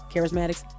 charismatics